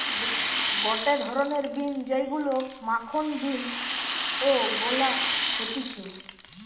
গটে ধরণের বিন যেইগুলো মাখন বিন ও বলা হতিছে